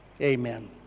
Amen